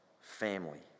family